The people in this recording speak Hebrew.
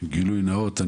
גילוי נאות,